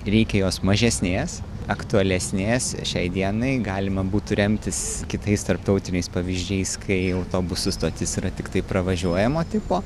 reikia jos mažesnės aktualesnės šiai dienai galima būtų remtis kitais tarptautiniais pavyzdžiais kai autobusų stotis yra tiktai pravažiuojamo tipo